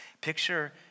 Picture